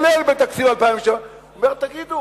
ואומר: תגיד,